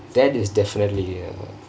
that is definitely ya